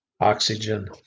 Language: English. Oxygen